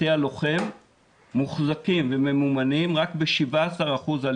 בתי הלוחם מוחזקים וממומנים רק ב-17% על